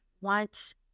want